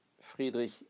Friedrich